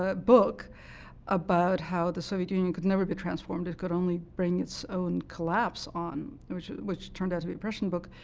ah book about how the soviet union could never be transformed it could only bring its own collapse on, which which turned out to be a prescient book.